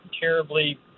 terribly